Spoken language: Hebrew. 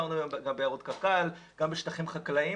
גם ביערות קק"ל וגם בשטחים חקלאיים.